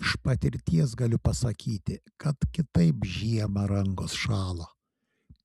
iš patirties galiu pasakyti kad kitaip žiemą rankos šąla